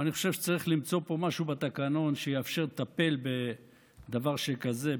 ואני חושב שצריך למצוא פה משהו בתקנון שיאפשר לטפל בדבר שכזה.